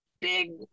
big